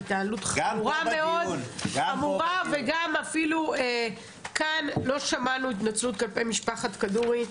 התנהלות חמורה מאוד וגם אפילו כאן לא שמענו התנצלות כלפי משפחת כדורי,